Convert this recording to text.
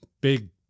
big